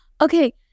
Okay